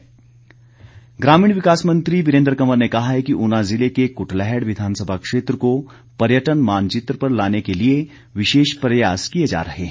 वीरेन्द्र कंवर ग्रामीण विकास मंत्री वीरेन्द्र कंवर ने कहा है कि ऊना जिले के कुटलैहड़ विधानसभा क्षेत्र को पर्यटन मानचित्र पर लाने के लिए विशेष प्रयास किए जा रहे हैं